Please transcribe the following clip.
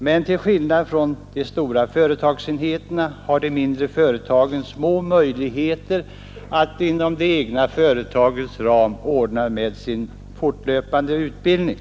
Men till skillnad från de stora Statens institut för företagsenheterna har de mindre företagen små möjligheter att inom det för etagsutveckling: egna företagets ram ordna med fortlöpande utbildning.